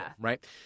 Right